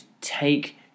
take